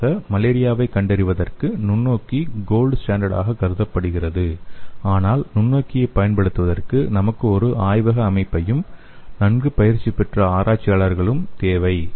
பொதுவாக மலேரியாவைக் கண்டறிவதற்கு நுண்ணோக்கி கோல்ட் ஸ்டண்டர்ட் ஆக கருதப்படுகிறது ஆனால் நுண்ணோக்கியைப் பயன்படுத்துவதற்கு நமக்கு ஒரு ஆய்வக அமைப்பும் நன்கு பயிற்சி பெற்ற ஆராய்ச்சியாளர்களும் தேவை